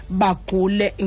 bakule